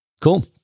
Cool